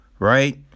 Right